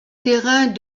terrains